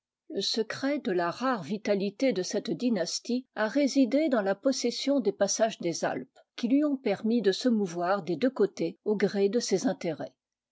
le secret de la rare vitalité de cette dynastie a résidé dans la possession des passages des alpes qui lui ont permis de se mouvoir des deux côtés au gré de ses intérêts